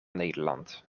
nederland